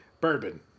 bourbon